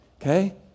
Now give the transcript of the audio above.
Okay